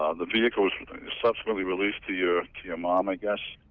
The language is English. ah the vehicle was subsequently released to your. to your mom, i guess.